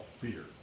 fear